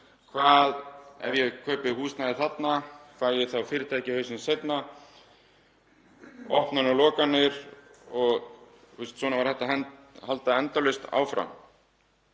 Hvað ef ég kaupi húsnæði þarna, fæ ég þá fyrirtækið í hausinn seinna? Opnanir og lokanir — svona væri hægt að halda endalaust áfram.